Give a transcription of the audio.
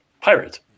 pirate